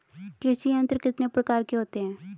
कृषि यंत्र कितने प्रकार के होते हैं?